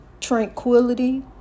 tranquility